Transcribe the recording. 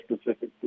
specific